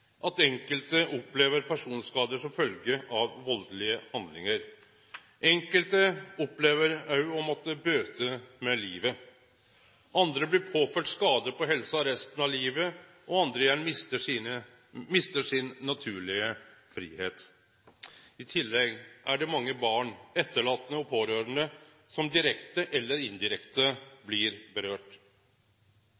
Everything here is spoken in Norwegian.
at enkelte opplever personskader som følgje av valdelege handlingar. Enkelte opplever òg å måtte bøte med livet. Andre blir påførte skade på helsa for resten av livet, og andre mister sin naturlege fridom. I tillegg får dette følgjer, direkte eller indirekte, for mange barn, etterlatne og pårørande.